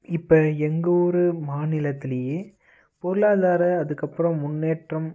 இப்போ எங்கள் ஊர் மாநிலத்துலேயே பொருளாதார அதுக்கப்புறம் முன்னேற்றம்